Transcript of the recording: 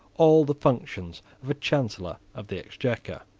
all the functions of a chancellor of the exchequer.